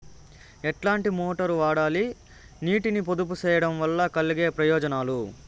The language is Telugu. ఎట్లాంటి మోటారు వాడాలి, నీటిని పొదుపు సేయడం వల్ల కలిగే ప్రయోజనాలు?